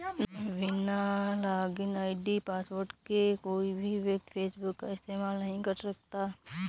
बिना login ID password के कोई भी व्यक्ति फेसबुक का इस्तेमाल नहीं कर सकता